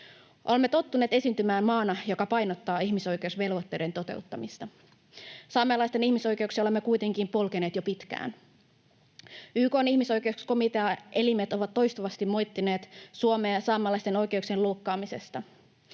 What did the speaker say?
Olemme tottuneet esiintymään maana, joka painottaa ihmisoikeusvelvoitteiden toteuttamista. Saamelaisten ihmisoikeuksia olemme kuitenkin polkeneet jo pitkään. YK:n ihmisoikeuselimet ovat toistuvasti moittineet Suomea saamelaisten oikeuksien loukkaamisesta.